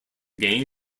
game